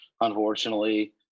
unfortunately